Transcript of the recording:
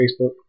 Facebook